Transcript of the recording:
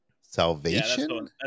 Salvation